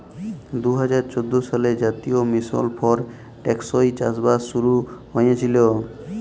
দু হাজার চোদ্দ সালে জাতীয় মিশল ফর টেকসই চাষবাস শুরু হঁইয়েছিল